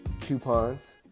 coupons